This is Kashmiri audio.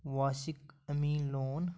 واسِق امیٖن لون